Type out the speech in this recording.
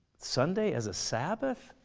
sunday as a sabbath?